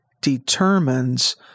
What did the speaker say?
determines